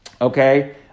okay